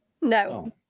No